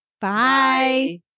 Bye